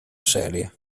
serie